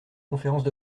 conférences